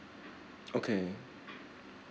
okay